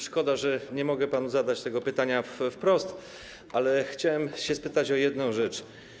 Szkoda, że nie mogę panu zadać tego pytania wprost, ale chciałem zapytać o jedną rzecz.